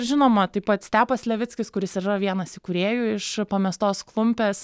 žinoma taip pat stepas levickis kuris ir yra vienas įkūrėjų iš pamestos klumpės